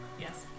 Yes